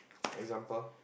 example